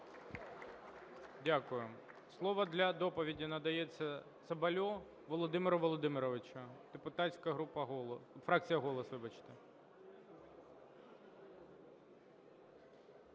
Дякую. Слово для доповіді надається Цабалю Володимиру Володимировичу, депутатська фракція "Голос".